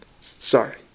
Sorry